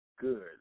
good